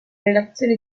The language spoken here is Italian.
relazione